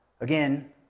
Again